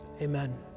amen